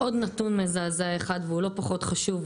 עוד נתון מזעזע אחד והוא לא פחות חשוב,